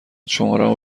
شمارمو